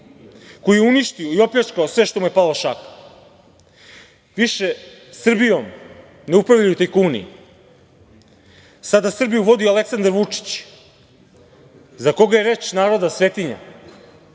koji je uništio i opljačkao sve što mu je palo šaka. Više Srbijom ne upravljaju tajkuni, sada Srbiju vodi Aleksandar Vučić za koga je reč naroda svetinja.